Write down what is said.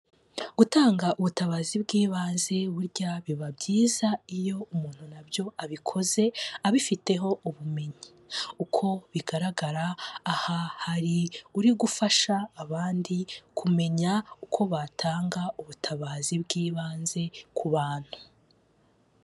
Gutanga ubutabazi bw'ibanze burya biba byiza iyo umuntu na byo abikoze abifiteho ubumenyi, uko bigaragara aha hari uri gufasha abandi kumenya uko batanga ubutabazi bw'ibanze ku bantu.